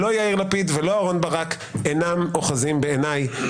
לא יאיר לפיד ולא אהרון ברק אינם אוחזים בעיניי